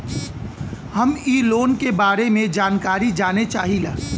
हम इ लोन के बारे मे जानकारी जाने चाहीला?